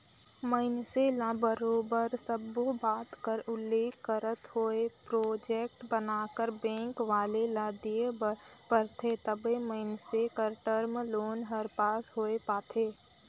मइनसे ल बरोबर सब्बो बात कर उल्लेख करत होय प्रोजेक्ट बनाकर बेंक वाले ल देय बर परथे तबे मइनसे कर टर्म लोन हर पास होए पाथे